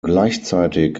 gleichzeitig